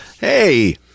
Hey